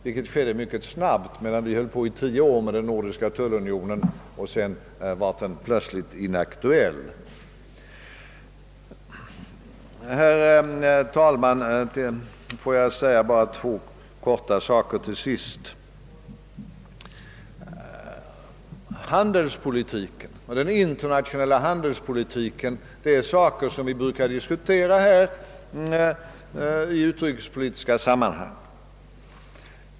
Bildandet skedde mycket snabbt, medan vi höll på i tio år med att utreda den nordiska tullunionen, varefter den plötsligt var inaktuell. Herr talman! Får jag till sist kortfattat beröra ytterligare två ting. Vår egen politik och den internationella handelspolitiken är saker som vi brukar diskutera i utrikespolitiska sammanhang.